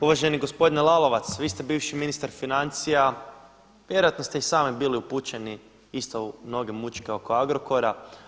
Uvaženi gospodine Lalovac, vi ste bivši ministar financija, vjerojatno ste i sami bili upućeni isto u mnoge mučke oko Agrokora.